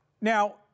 Now